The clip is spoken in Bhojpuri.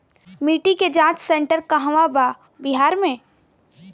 मिटी के जाच सेन्टर कहवा बा बिहार में?